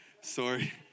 sorry